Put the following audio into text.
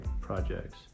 projects